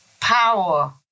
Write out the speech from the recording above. power